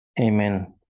Amen